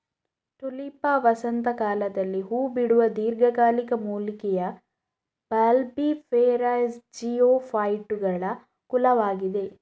Tulipa ವಸಂತ ಕಾಲದಲ್ಲಿ ಹೂ ಬಿಡುವ ದೀರ್ಘಕಾಲಿಕ ಮೂಲಿಕೆಯ ಬಲ್ಬಿಫೆರಸ್ಜಿಯೋಫೈಟುಗಳ ಕುಲವಾಗಿದೆ